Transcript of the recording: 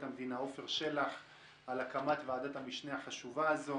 המדינה עפר שלח על הקמת ועדת המשנה החשובה הזאת.